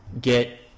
get